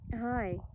Hi